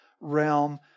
realm